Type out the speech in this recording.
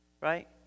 right